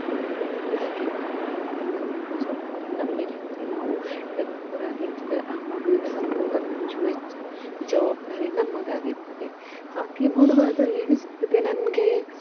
ಆದರೆ ಮದುವೆಯಾಗಿ ಮಕ್ಕಳಾದ ಮೇಲೆ ಅದು ಜವಾಬ್ದಾರಿ ನಮ್ಮ ಮೇಲಿರ್ತದೆ ನಾವು ಹೆತ್ತವರಾಗಿರ್ತದೆ ಆ ಮಗುವಿನ ಸಂಪೂರ್ಣ ಖರ್ಚು ವೆಚ್ಚ ಜವಾಬ್ದಾರಿ ನಮ್ಮದಾಗಿರ್ತದೆ ಹಾಗೆ ನೋಡುವಾಗ ಎಣಿಸ್ತದೆ ನನಗೆ